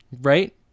Right